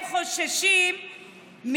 הם חוששים,